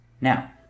Now